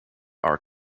are